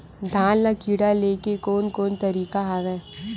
धान ल कीड़ा ले के कोन कोन तरीका हवय?